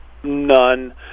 None